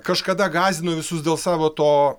kažkada gąsdino visus dėl savo to